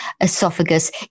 esophagus